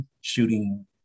shooting